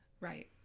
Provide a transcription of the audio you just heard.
right